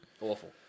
Awful